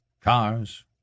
Cars